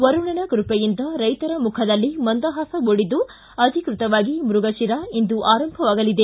ವರುಣನ ಕೃಪೆಯಿಂದ ರೈತರ ಮುಖದಲ್ಲಿ ಮಂದಹಾಸ ಮೂಡಿದ್ದು ಅಧಿಕೃತವಾಗಿ ಮೃಗತಿರ ಇಂದು ಆರಂಭವಾಗಲಿದೆ